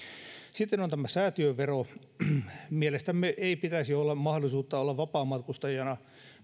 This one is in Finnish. sitten on säätiövero mielestämme myöskään säätiöillä ei pitäisi olla mahdollisuutta olla vapaamatkustajana